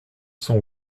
cent